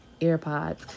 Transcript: AirPods